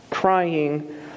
crying